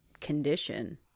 condition